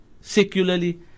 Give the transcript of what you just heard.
secularly